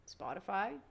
Spotify